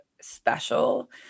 special